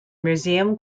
museum